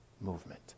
movement